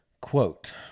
Quote